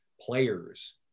players